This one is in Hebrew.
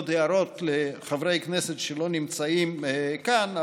עוד הערות לחברי כנסת שלא נמצאים כאן,